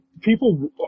people